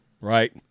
right